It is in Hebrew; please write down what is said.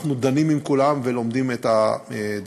אנחנו דנים עם כולם ולומדים את הדברים.